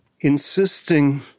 insisting